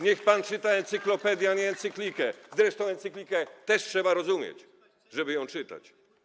Niech pan czyta encyklopedię, a nie encyklikę, zresztą encyklikę też trzeba rozumieć, żeby ją czytać.